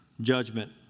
judgment